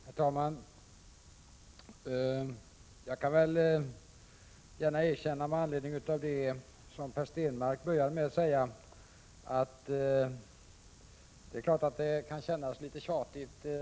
Herr talman! Jag kan väl med anledning av det som Per Stenmarck inledningsvis sade medge att det kan kännas litet tjatigt.